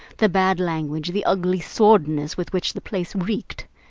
the bad language, the ugly sordidness with which the place reeked.